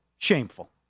Shameful